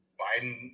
biden